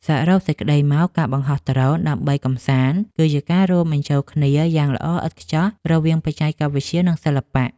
សរុបសេចក្ដីមក ការបង្ហោះដ្រូនដើម្បីកម្សាន្តគឺជាការរួមបញ្ចូលគ្នាយ៉ាងល្អឥតខ្ចោះរវាង បច្ចេកវិទ្យា និងសិល្បៈ។